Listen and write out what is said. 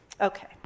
Okay